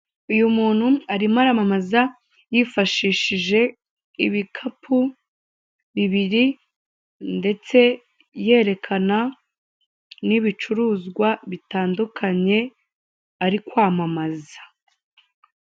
Uyu muntu arimo aramamaza yifashishije ibikapu bibiri ndetse yerekana n'ibicuruzwa bitandukanye ari kwamamaza.